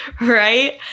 right